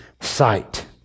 sight